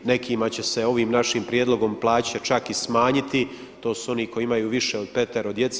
Nekima će se ovim našim prijedlogom plaće čak i smanjiti, to su oni koji imaju više od petero djece.